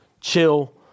chill